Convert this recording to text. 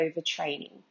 overtraining